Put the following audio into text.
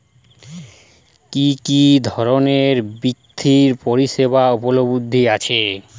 কি কি ধরনের বৃত্তিয় পরিসেবা উপলব্ধ আছে?